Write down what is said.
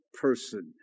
person